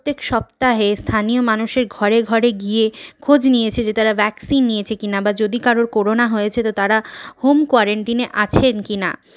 প্রত্যেক সপ্তাহে স্থানীয় মানুষের ঘরে ঘরে গিয়ে খোঁজ নিয়েছে যে তারা ভ্যাকসিন নিয়েছে কিনা বা যদি কারোর করোনা হয়েছে তো তারা হোম কোয়ারেন্টিনে আছেন কিনা